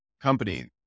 company